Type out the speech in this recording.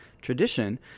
tradition